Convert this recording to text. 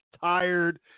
tired